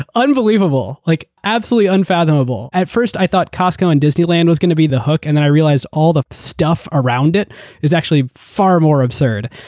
unbelievable. like absolutely unfathomable. at first, i thought costco and disneyland were going to be the hook, and then i realized all the stuff around it is actually far more absurd.